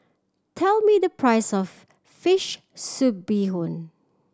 tell me the price of fish soup bee hoon